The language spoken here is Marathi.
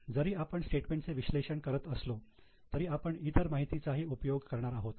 जरी आपण स्टेटमेंटचे विश्लेषण करत असलो तरी आपण इतर माहिती चाही उपयोग करणार आहोत